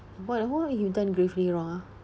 what what you done gravely wrong ah